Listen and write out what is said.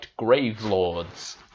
Gravelords